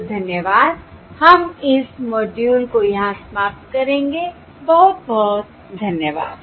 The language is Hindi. तो धन्यवाद हम इस मॉड्यूल को यहाँ समाप्त करेंगे बहुत बहुत धन्यवाद